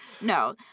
No